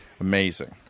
Amazing